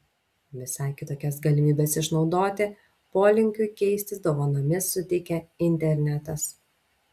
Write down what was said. visai kitokias galimybes išnaudoti polinkiui keistis dovanomis suteikia internetas